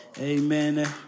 Amen